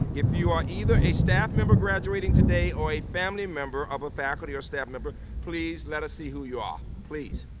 if you are either a staff member graduating today or a family member of a faculty or staff member please let us see who you are, please.